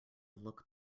look